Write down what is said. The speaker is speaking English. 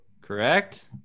Correct